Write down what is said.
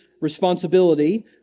responsibility